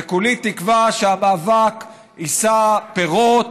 וכולי תקווה שהמאבק יישא פירות,